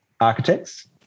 Architects